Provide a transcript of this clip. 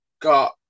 got